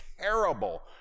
terrible